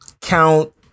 count